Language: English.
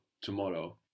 Tomorrow